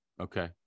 Okay